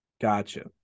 Gotcha